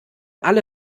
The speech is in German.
alle